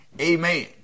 Amen